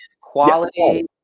Quality